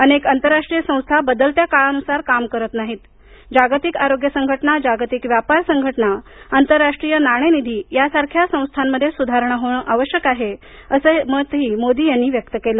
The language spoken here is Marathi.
अनेक आंतरराष्ट्रीय संस्था बदलत्या काळानुसार काम करत नाहीत जागतिक आरोग्य संघटना जागतिक व्यापार संघटना आंतरराष्ट्रीय नाणेनिधी यासारख्या संस्थामध्ये सुधारणा होणे आवश्यक आहे असं मत मोदी यांनी व्यक्त केलं